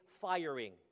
firing